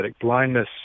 blindness